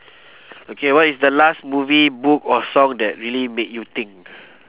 okay what is the last movie book or song that really make you think